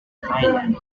thailand